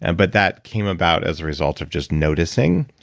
and but that came about as a result of just noticing